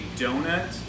donut